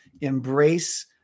embrace